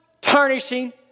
tarnishing